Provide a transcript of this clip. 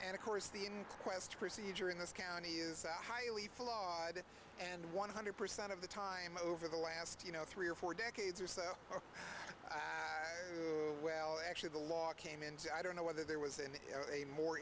and of course the inquest procedure in this county is highly flawed and one hundred percent of the time over the last you know three or four decades or so well actually the law came into i don't know whether there was in a more